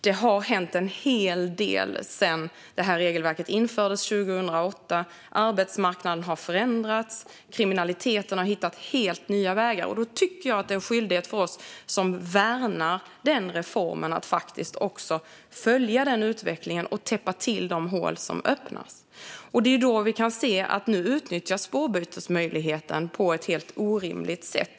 Det har hänt en hel del sedan det här regelverket infördes 2008. Arbetsmarknaden har förändrats, och kriminaliteten har hittat helt nya vägar. Då tycker jag att det är en skyldighet för oss som värnar den här reformen att följa den utvecklingen och täppa till de hål som öppnas. Det är då vi kan se att man nu utnyttjar spårbytesmöjligheten på ett helt orimligt sätt.